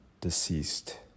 deceased